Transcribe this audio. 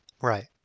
right